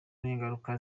n’ingaruka